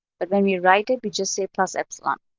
but when we write it, we just say plus epsilon.